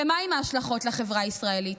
ומה עם ההשלכות לחברה הישראלית?